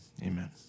Amen